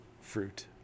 fruit